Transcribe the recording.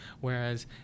whereas